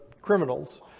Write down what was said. criminals